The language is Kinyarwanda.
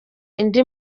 indi